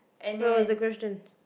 so what was the question